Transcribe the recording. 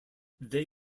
they